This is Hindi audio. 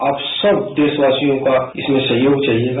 आप सब देशवासियों का इसमें सहयोग चाहिएगा